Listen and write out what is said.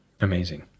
Amazing